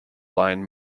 line